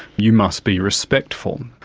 you must be respectful,